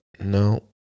No